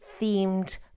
themed